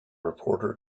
reporter